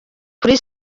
kuri